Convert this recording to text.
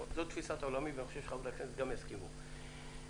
זו תפיסת עולמי ואני חושב שחברי הכנסת יסכימו איתה.